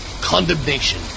condemnation